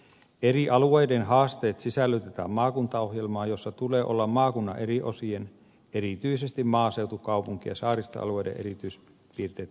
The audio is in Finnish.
eri alueiden haasteet sisällytetään maakuntaohjelmaan jossa tulee olla maakunnan eri osien erityisesti maaseutu kaupunki ja saaristoalueiden erityispiirteet huomioiva osio